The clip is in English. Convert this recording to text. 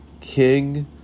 King